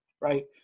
right